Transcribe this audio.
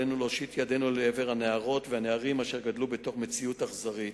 עלינו להושיט ידנו לעבר הנערות והנערים אשר גדלו בתוך מציאות אכזרית.